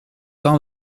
d’un